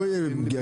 לא תהיה פגיעה.